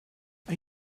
are